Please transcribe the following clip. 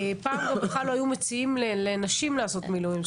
פעם בכלל לא היו מציעים לנשים לעשות מילואים.